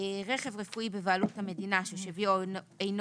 רכב רפואי בבעלות המדינה ששוויו אינו